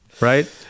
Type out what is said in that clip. Right